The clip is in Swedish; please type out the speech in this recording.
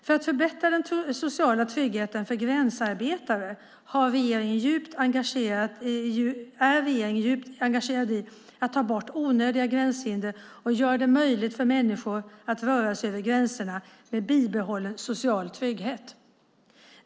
För att förbättra den sociala tryggheten för gränsarbetare är regeringen djupt engagerad i att ta bort onödiga gränshinder och göra det möjligt för människor att röra sig över gränserna med bibehållen social trygghet.